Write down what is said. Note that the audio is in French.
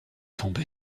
tombé